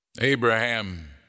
Abraham